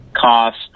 cost